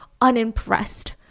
unimpressed